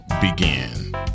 begin